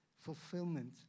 Fulfillment